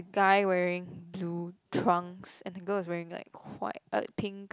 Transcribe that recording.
guy wearing blue trunks and the girl is wearing like white uh pink